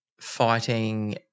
fighting